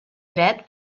dret